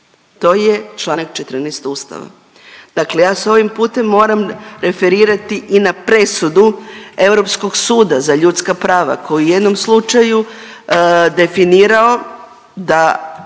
to je čl. 14. Ustava. Dakle ja se ovim putem moram referirati i na presudu Europskog suda za ljudska prava koji je u jednom slučaju definirao da